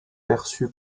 perçue